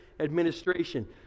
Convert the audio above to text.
administration